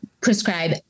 prescribe